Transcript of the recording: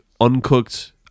uncooked